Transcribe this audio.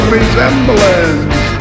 resemblance